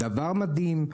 דבר מדהים,